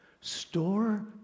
Store